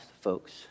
folks